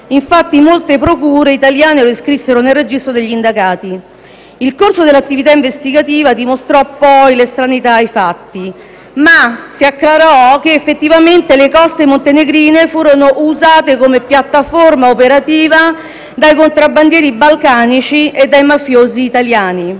infatti molte procure italiane lo iscrissero nel registro degli indagati. Il corso dell'attività investigativa dimostrò poi l'estraneità ai fatti, ma si acclarò che effettivamente le coste montenegrine furono usate come piattaforma operativa dai contrabbandieri balcanici e dai mafiosi italiani.